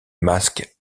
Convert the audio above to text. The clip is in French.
masque